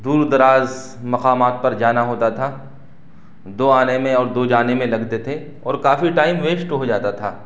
دور دراز مقامات پر جانا ہوتا تھا دو آنے میں اور دو جانے میں لگتے تھے اور کافی ٹائم ویسٹ ہو جاتا تھا